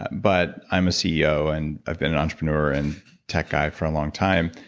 but i'm a ceo, and i've been an entrepreneur and tech guy for a long time,